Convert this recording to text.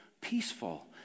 peaceful